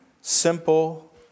simple